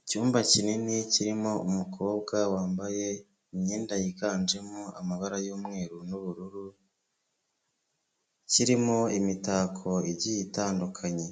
Icyumba kinini kirimo umukobwa wambaye imyenda yiganjemo amabara y'umweru n'ubururu kirimo imitako igiye itandukanye,